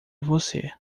você